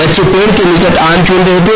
बच्चे पेड़ के नीचे आम चुन रहे थे